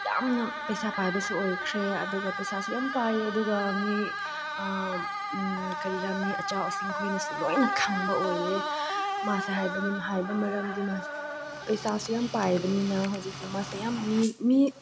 ꯌꯥꯝꯅ ꯄꯩꯁꯥ ꯄꯥꯏꯕꯁꯨ ꯑꯣꯏꯈ꯭ꯔꯦ ꯑꯗꯨꯒ ꯄꯩꯁꯥꯁꯨ ꯌꯥꯝ ꯄꯥꯏꯌꯦ ꯑꯗꯨꯒ ꯃꯤꯒꯤ ꯀꯔꯤꯔꯥ ꯃꯤ ꯑꯆꯧ ꯑꯁꯥꯡ ꯈꯣꯏꯅꯁꯨ ꯂꯣꯏꯅ ꯈꯪꯕ ꯑꯣꯏꯌꯦ ꯃꯥꯁꯦ ꯍꯥꯏꯕꯗꯤ ꯍꯥꯏꯕ ꯃꯔꯝꯗꯤ ꯃꯥꯁꯤ ꯄꯩꯁꯥꯁꯨ ꯌꯥꯝ ꯄꯥꯏꯕꯅꯤꯅ ꯍꯧꯖꯤꯛꯇꯤ ꯃꯥꯁꯦ ꯌꯥꯝ ꯃꯤ ꯃꯤ